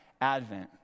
Advent